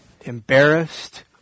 Embarrassed